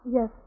Yes